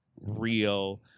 real